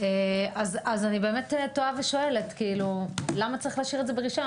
אז אני באמת תוהה ושואלת: למה צריך להשאיר את זה ברישיון?